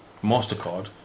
Mastercard